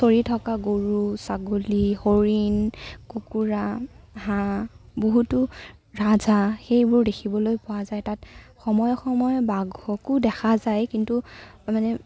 চৰি থকা গৰু ছাগলী হৰিণ কুকুৰা হাঁহ বহুতো ৰাজহাঁহ সেইবোৰ দেখিবলৈ পোৱা যায় তাত সময়ে সময়ে বাঘকো দেখা যায় কিন্তু মানে